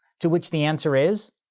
to which the answer is,